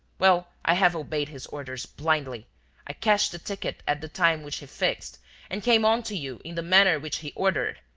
well, i have obeyed his orders blindly i cashed the ticket at the time which he fixed and came on to you in the manner which he ordered.